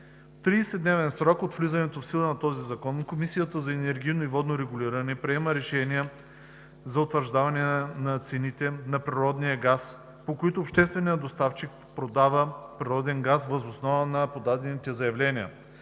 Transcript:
30-дневен срок от влизането в сила на този закон Комисията за енергийно и водно регулиране приема решения за утвърждаване на цените на природния газ, по които общественият доставчик продава природен газ въз основа на подадените заявления,